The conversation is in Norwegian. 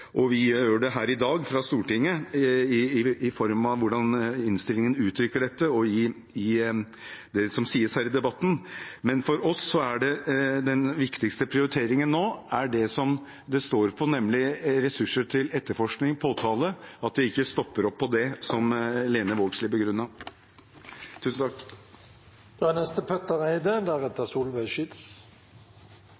Vi gjør det også her i dag fra Stortinget i form av hvordan innstillingen uttrykker dette, og i det som sies her i debatten. Men den viktigste prioriteringen for oss nå, er det som det står på, nemlig ressurser til etterforskning og påtale, at det ikke stopper opp med det, slik Lene Vågslid begrunnet. Aller først vil jeg bare si at jeg som forslagsstiller er